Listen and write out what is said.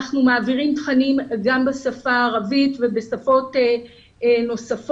אנחנו מעבירים תכנים גם בשפה הערבית ובשפות נוספות,